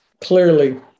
Clearly